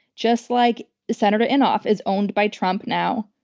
just like senator inhofe is owned by trump now.